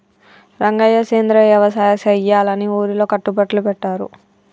రంగయ్య సెంద్రియ యవసాయ సెయ్యాలని ఊరిలో కట్టుబట్లు పెట్టారు